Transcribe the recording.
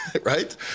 right